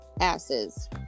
asses